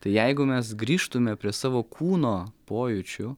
tai jeigu mes grįžtumume prie savo kūno pojūčių